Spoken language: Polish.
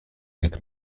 jak